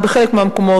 בחלק מהמקומות,